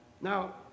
now